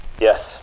Yes